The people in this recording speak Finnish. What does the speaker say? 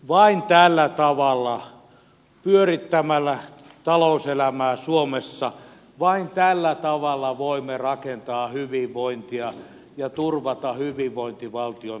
vain tällä tavalla pyörittämällä talouselämää suomessa voimme rakentaa hyvinvointia ja turvata hyvinvointivaltion tulevaisuuden